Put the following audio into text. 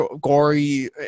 gory